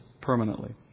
permanently